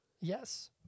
Yes